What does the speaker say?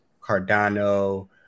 cardano